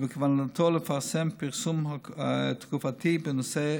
ובכוונתו לפרסם פרסום תקופתי בנושא לציבור.